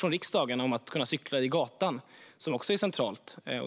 från riksdagen om att kunna cykla i gatan som också är centralt.